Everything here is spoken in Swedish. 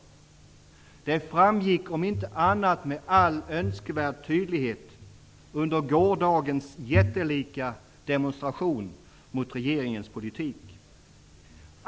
Om inte annat framgick det med all önskvärd tydlighet under gårdagens jättelika demonstration mot regeringens politik.